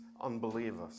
unbelievers